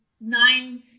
nine